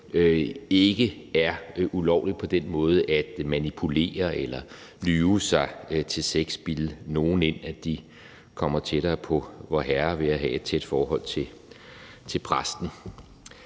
ikke er ulovligt på den måde at manipulere eller lyve sig til sex, at bilde nogen ind, at de kommer tættere på Vorherre ved at have et tæt forhold til præsten.